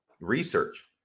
research